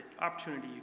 opportunity